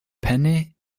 penny